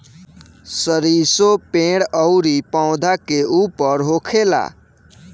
सरीसो पेड़ अउरी पौधा के ऊपर होखेला